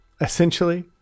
essentially